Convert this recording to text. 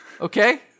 okay